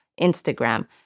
Instagram